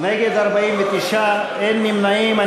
49 נגד, אין נמנעים.